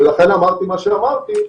ולכן אמרתי מה שאמרתי,